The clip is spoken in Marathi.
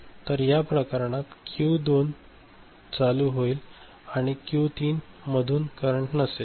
तर या प्रकरणात क्यू 2 चालू होईल आणि हा क्यू 3 मधून करंट नसेल